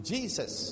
Jesus